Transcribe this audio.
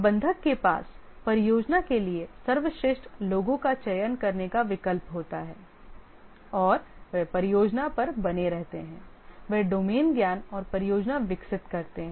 प्रबंधक के पास परियोजना के लिए सर्वश्रेष्ठ लोगों का चयन करने का विकल्प होता है और वे परियोजना पर बने रहते हैं वे डोमेन ज्ञान और परियोजना विकसित करते हैं